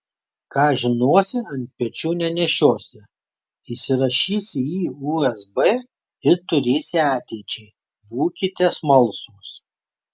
ką žinosi ant pečių nenešiosi įsirašysi į usb ir turėsi ateičiai būkime smalsūs